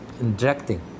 injecting